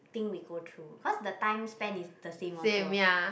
thing we go through because the time spend is the same also